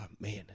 man